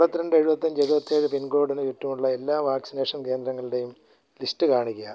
എൺപത്തിരണ്ട് എഴുപത്തഞ്ച് എഴുപത്തേഴ് പിൻകോഡിന് ചുറ്റുമുള്ള എല്ലാ വാക്സിനേഷൻ കേന്ദ്രങ്ങളുടെയും ലിസ്റ്റ് കാണിക്കുക